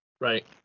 right